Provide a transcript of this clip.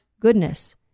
goodness